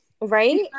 right